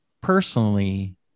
personally